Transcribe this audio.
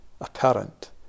apparent